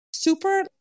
super